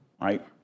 right